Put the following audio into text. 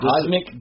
Cosmic